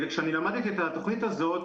כשאני למדתי את התוכנית הזאת,